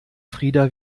frida